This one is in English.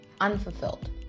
unfulfilled